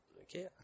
Okay